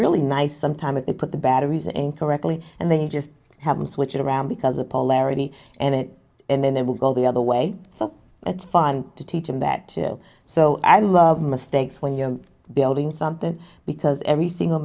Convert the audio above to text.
really nice sometimes they put the batteries in correctly and then you just have them switch it around because a polarity and it and then they will go the other way so it's fun to teach them that so i love mistakes when you're building something because every single